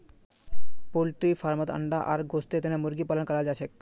poultry फार्मत अंडा आर गोस्तेर तने मुर्गी पालन कराल जाछेक